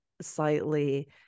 slightly